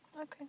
okay